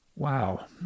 Wow